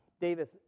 Davis